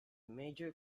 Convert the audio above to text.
major